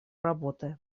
работы